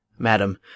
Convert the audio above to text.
Madam